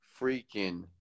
freaking